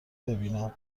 ببینیم